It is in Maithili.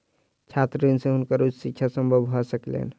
छात्र ऋण से हुनकर उच्च शिक्षा संभव भ सकलैन